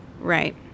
right